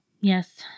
Yes